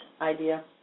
idea